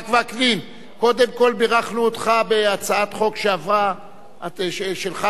קודם כול בירכנו אותך על הצעת חוק שלך ושל חברת הכנסת גלאון.